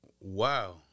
Wow